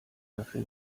dafür